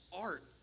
art